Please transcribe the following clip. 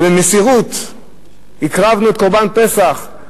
ובמסירות הקרבנו את קורבן פסח.